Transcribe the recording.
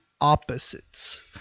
opposites